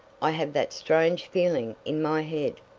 i have that strange feeling in my head.